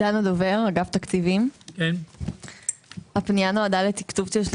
הפנייה התקציבית נועדה להעברת עודפים משנת התקציב